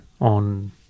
on